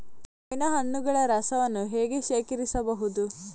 ಮಾವಿನ ಹಣ್ಣುಗಳ ರಸವನ್ನು ಹೇಗೆ ಶೇಖರಿಸಬಹುದು?